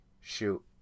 shoot